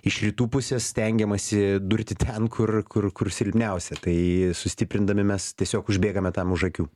iš rytų pusės stengiamasi durti ten kur kur kur silpniausia tai sustiprindami mes tiesiog užbėgame tam už akių